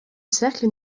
cercle